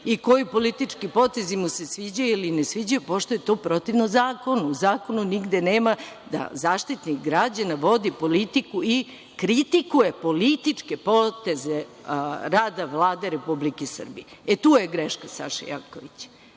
i koji politički potezi mu se sviđaju ili ne sviđaju, pošto je to protivno zakonu. U zakonu nigde nema da Zaštitnik građana vodi politiku i kritikuje političke poteze rada Vlade Republike Srbije. E, tu je greška Saše Jankovića.